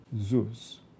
Zeus